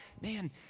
man